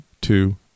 two